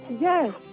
Yes